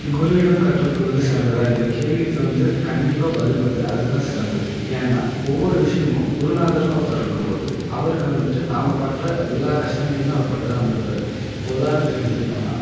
குருவிடம் கற்றுக் கொள்ளவது சிறந்ததாக இந்தக் கேள்விக்கு வந்து கண்டிப்பாக பதில் வந்து அது தான் சிறந்தது ஏன்னா ஒவ்வொரு விஷயமும் குருநாதர்ன்னு ஒருத்தர் இருக்கும்போது அவருக்கு வந்துவிட்டு நாம பற்ற எல்லா கஷ்டங்களையுமே அவர் பட்டு தான் வந்துருப்பார் இப்போ உதாரணத்துக்கு எடுத்துக்கிட்டோன்னா